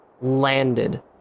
landed